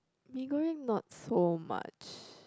Mee-Goreng not so much